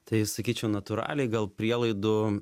tai sakyčiau natūraliai gal prielaidų